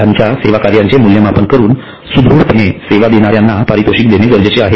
त्यांच्या सेवाकार्यांचे मूल्यमापन करून सुदृढपणे सेवा देणाऱ्यांना पारितोषिक देणे गरजेचे आहे